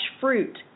fruit